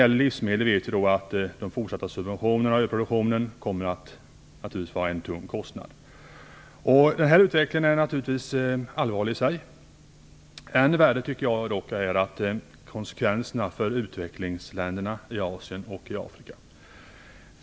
I fråga om livsmedelspriser kommer de fortsatta subventionerna i produktionen att vara en tung kostnad. Denna utveckling är naturligtvis allvarlig för Sverige. Ännu värre är dock konsekvenserna för utvecklingsländerna i Asien och Afrika.